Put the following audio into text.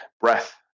breath